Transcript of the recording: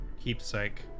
keepsake